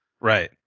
right